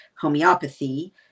homeopathy